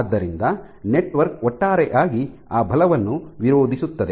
ಆದ್ದರಿಂದ ನೆಟ್ವರ್ಕ್ ಒಟ್ಟಾರೆಯಾಗಿ ಆ ಬಲವನ್ನು ವಿರೋಧಿಸುತ್ತದೆ